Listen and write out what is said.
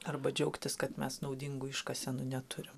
arba džiaugtis kad mes naudingų iškasenų neturim